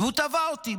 והוא תבע אותי.